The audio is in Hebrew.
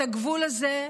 את הגבול הזה,